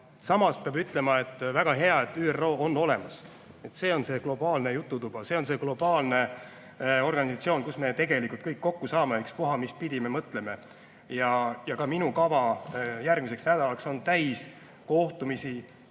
Samas peab ütlema, et väga hea, et ÜRO on olemas. See on see globaalne jututuba, see on see globaalne organisatsioon, kus me tegelikult kõik kokku saame, ükspuha, mispidi me mõtleme. Minu kava järgmiseks nädalaks on täis kohtumisi teiste